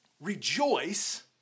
Rejoice